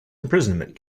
imprisonment